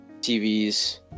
TVs